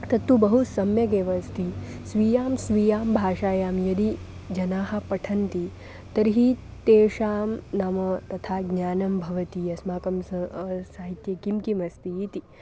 तत्तु बहु सम्यगेव अस्ति स्वीयां स्वीयां भाषायां यदि जनाः पठन्ति तर्हि तेषां नाम तथा ज्ञानं भवति अस्माकं सः साहित्ये किं किम् अस्ति इति